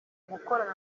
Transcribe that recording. gukorana